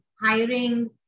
hiring